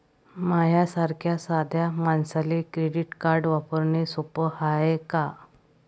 माह्या सारख्या साध्या मानसाले क्रेडिट कार्ड वापरने सोपं हाय का?